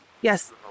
Yes